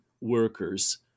workers